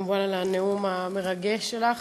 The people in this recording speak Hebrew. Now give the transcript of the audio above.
וכמובן על הנאום המרגש שלך.